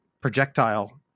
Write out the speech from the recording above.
projectile